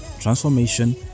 transformation